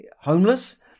homeless